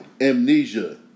Amnesia